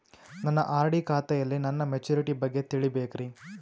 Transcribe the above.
ನನ್ನ ಆರ್.ಡಿ ಖಾತೆಯಲ್ಲಿ ನನ್ನ ಮೆಚುರಿಟಿ ಬಗ್ಗೆ ತಿಳಿಬೇಕ್ರಿ